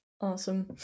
Awesome